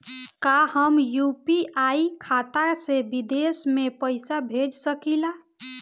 का हम यू.पी.आई खाता से विदेश म पईसा भेज सकिला?